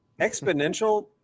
exponential